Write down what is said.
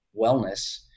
wellness